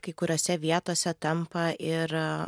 kai kuriose vietose tampa ir